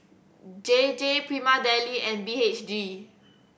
J J Prima Deli and B H G